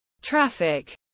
Traffic